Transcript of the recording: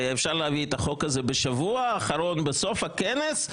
להביא את החוק הזה בשבוע האחרון בסוף הכנס,